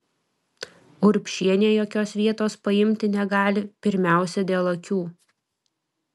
urbšienė jokios vietos paimti negali pirmiausia dėl akių